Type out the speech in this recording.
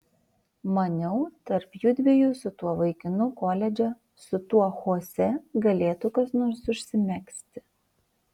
maniau tarp judviejų su tuo vaikinu koledže su tuo chosė galėtų kas nors užsimegzti